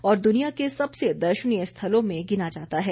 और दुनिया के सबसे दर्शनीय स्थलों में गिना जाता है